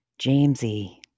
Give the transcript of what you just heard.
Jamesy